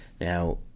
Now